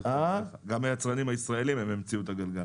גם היצרנים הישראלים, הם המציאו את הגלגל.